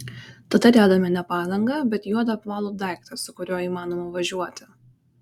tada dedame ne padangą bet juodą apvalų daiktą su kuriuo įmanoma važiuoti